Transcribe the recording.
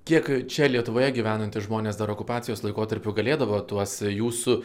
kiek čia lietuvoje gyvenantys žmonės dar okupacijos laikotarpiu galėdavo tuos jūsų